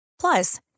Plus